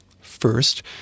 First